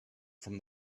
from